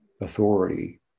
authority